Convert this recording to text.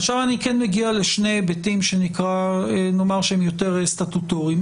עכשיו אני כן מגיע לשני היבטים שנאמר שהם יותר סטטוטוריים.